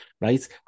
Right